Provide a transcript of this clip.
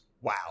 Wow